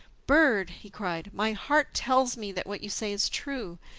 bird, he cried, my heart tells me that what you say is true.